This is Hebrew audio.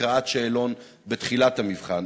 הקראת שאלון בתחילת המבחן,